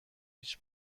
هیچ